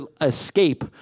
escape